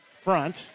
front